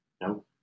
No